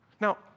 Now